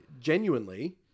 genuinely